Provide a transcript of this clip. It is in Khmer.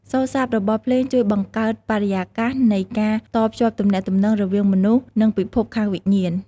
សូរ្យស័ព្ទរបស់ភ្លេងជួយបង្កើតបរិយាកាសនៃការតភ្ជាប់ទំនាក់ទំនងរវាងមនុស្ស និងពិភពខាងវិញ្ញាណ។